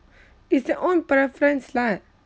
it's their own preference lah